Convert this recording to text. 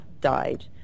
died